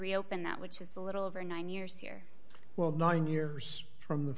reopen that which is a little over nine years here well not in yours from the